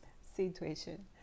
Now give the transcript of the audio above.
situation